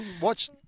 watch